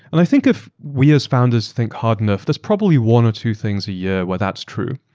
and i think if we as founders think hard enough, there's probably one or two things a year where that's true.